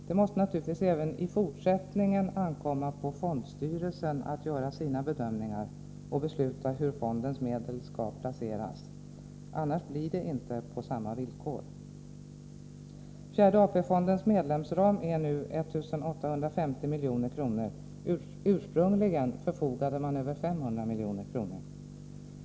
Det måste naturligtvis Nr 125 även i fortsättningen ankomma på fondstyrelsen att göra sina bedömningar och besluta hur fondens medel skall placeras. Annars blir det inte på samma 3 g -& 2 dd 5 Kooperationens förfogade man över 500 miljoner.